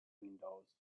windows